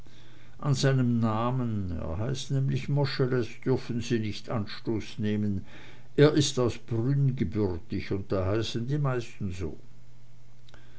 an seinem namen er heißt nämlich moscheles dürfen sie nicht anstoß nehmen er ist aus brünn gebürtig und da heißen die meisten so